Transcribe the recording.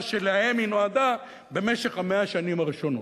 שלהם היא נועדה במשך 100 השנים הראשונות.